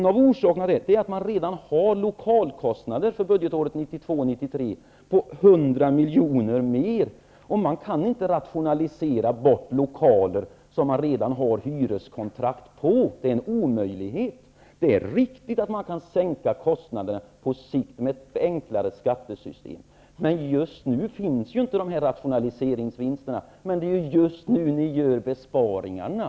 En av orsakerna är att man redan har lokalkostnader för budgetåret 1992/93 med 100 milj.kr. mer. Man kan inte rationalisera bort lokaler som man redan har hyreskontrakt på -- det är en omöjlighet. Det är riktigt att man med ett enklare skattesystem kan sänka kostnaderna på sikt, men just nu finns ju inte de rationaliseringsvinsterna -- men det är ändå just nu som ni gör besparingarna!